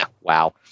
Wow